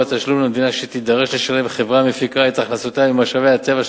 התשלום למדינה שתידרש לשלם חברה המפיקה את הכנסותיה ממשאבי הטבע של